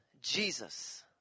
Jesus